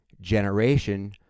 generation